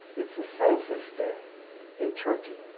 it's the census day in turkey.